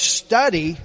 study